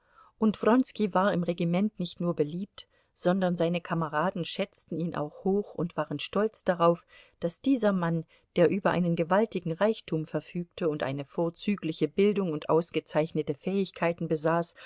und wronski war im regiment nicht nur beliebt sondern seine kameraden schätzten ihn auch hoch und waren stolz darauf daß dieser mann der über einen gewaltigen reichtum verfügte und eine vorzügliche bildung und ausgezeichnete fähigkeiten besaß